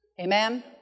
Amen